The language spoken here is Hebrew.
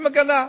היא מגנה.